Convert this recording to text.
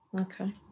Okay